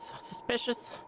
suspicious